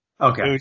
okay